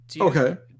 Okay